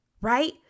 Right